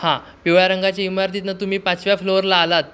हां पिवळ्या रंगाच्या इमारतीतनं तुम्ही पाचव्या फ्लोअरला आलात